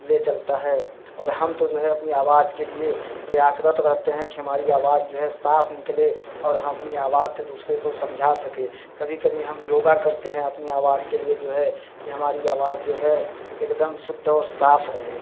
ले चलता है और हम तो जो है अपनी अवाज़ के लिए प्रयासरत रहते हैं कि हमारी अवाज जो है साफ निकले और हम अपनी अवाज़ से दूसरे को समझा सकें कभी कभी हम योगा करते हैं अपनी आवाज़ के लिए जो है कि हमारी आवाज़ जो है एकदम शुद्ध और साफ़ रहे